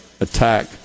attack